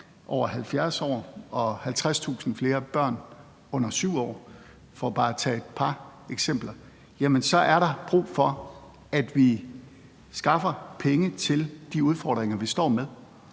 over 70 år og 50.000 flere børn under 7 år – for bare at tage et par eksempler – er der brug for, at vi skaffer penge til de udfordringer, vi står med.